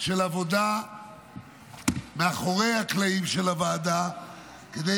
של עבודה מאחורי הקלעים של הוועדה כדי